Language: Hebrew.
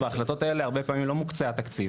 בהחלטות האלה הרבה פעמים לא מוקצה התקציב,